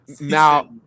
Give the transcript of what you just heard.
now